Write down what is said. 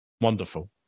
Wonderful